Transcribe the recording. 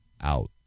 out